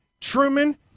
Truman